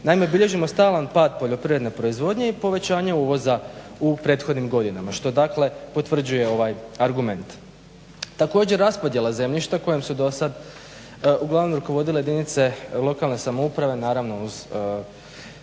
Naime bilježimo stalan pad poljoprivredne proizvodnje i povećanje uvoza u prethodnim godinama što dakle potvrđuje ovaj argument. Također raspodjela zemljišta kojem su dosad uglavnom rukovodile jedinice lokalne samouprave naravno uz